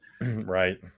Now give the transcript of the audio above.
right